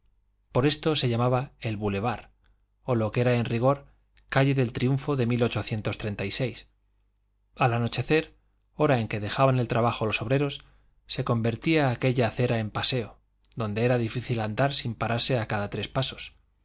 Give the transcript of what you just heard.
por esto se llamaba el boulevard o lo que era en rigor calle del triunfo de al anochecer hora en que dejaban el trabajo los obreros se convertía aquella acera en paseo donde era difícil andar sin pararse a cada tres pasos